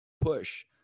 push